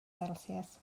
celsius